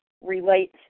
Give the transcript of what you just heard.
relate